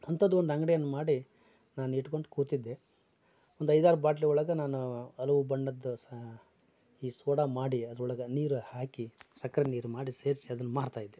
ಅಂತದೊಂದು ಅಂಗಡಿಯನ್ನ ಮಾಡಿ ನಾನು ಇಟ್ಕೊಂಡು ಕೂತಿದ್ದೆ ಒಂದು ಐದಾರು ಬಾಟ್ಲಿ ಒಳಗೆ ನಾನು ಹಲವು ಬಣ್ಣದ್ದು ಸಹ ಈ ಸೋಡಾ ಮಾಡಿ ಅದ್ರೊಳಗೆ ನೀರು ಹಾಕಿ ಸಕ್ಕರೆ ನೀರು ಮಾಡಿ ಸೇರಿಸಿ ಅದನ್ನು ಮಾರ್ತಾಯಿದ್ದೆ